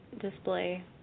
display